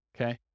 Okay